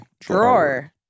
Drawer